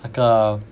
那个